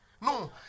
No